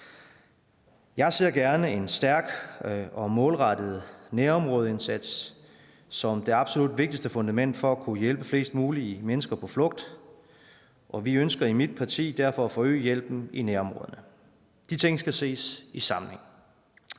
Jeg ser gerne en stærk og målrettet nærområdeindsats som det absolut vigtigste fundament for at kunne hjælpe flest mulige mennesker på flugt, og vi ønsker i mit parti derfor at forøge hjælpen i nærområderne. De ting skal ses i sammenhæng.